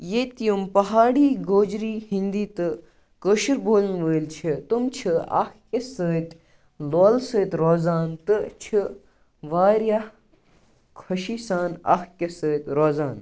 ییٚتہِ یِم پہاڑی گوجری ہِندی تہٕ کٲشِر بولَن وٲلۍ چھِ تِم چھِ اَکھ أکِس سۭتۍ لولہٕ سۭتۍ روزان تہٕ چھِ واریاہ خوشی سان اَکھ أکِس سۭتۍ روزان